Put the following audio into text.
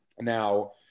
Now